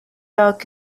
arc